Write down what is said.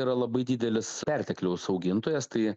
yra labai didelis pertekliaus augintojas tai